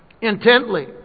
intently